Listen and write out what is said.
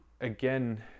again